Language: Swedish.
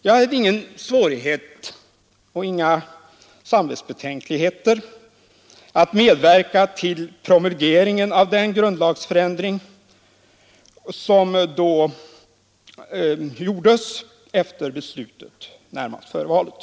Jag hade ingen svårighet och inga betänkligheter när det gällde att medverka till promulgeringen av den grundlagsförändring som gjordes efter beslutet närmast före valet.